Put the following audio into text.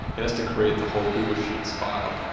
it has to create the whole google sheets file.